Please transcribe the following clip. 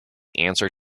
answer